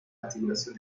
articulación